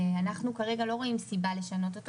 אנחנו כרגע לא רואים סיבה לשנות אותו.